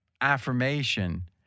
affirmation